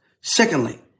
Secondly